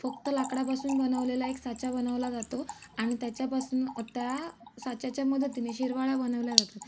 फक्त लाकडापासून बनवलेला एक साचा बनवला जातो आणि त्याच्यापासनं आ त्या साच्याच्या मदतीने शिरवाळ्या बनवल्या जातात